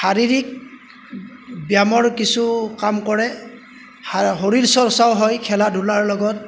শাৰীৰিক ব্যায়ামৰ কিছু কাম কৰে শৰীৰ চৰ্চাও হয় খেলা ধূলাৰ লগত